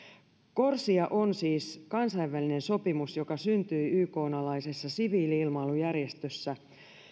corsia on siis kansainvälinen sopimus joka syntyi ykn alaisessa kansainvälisessä siviili ilmailujärjestössä